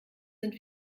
sind